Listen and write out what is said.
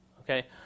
Okay